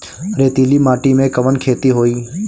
रेतीली माटी में कवन खेती होई?